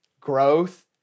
growth